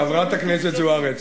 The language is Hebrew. חברת הכנסת זוארץ,